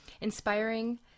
inspiring